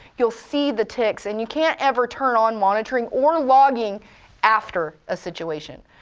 you'll see the ticks, and you can't ever turn on monitoring, or logging after a situation.